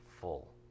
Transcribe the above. full